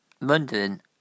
London